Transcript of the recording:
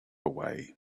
away